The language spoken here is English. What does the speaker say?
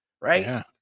right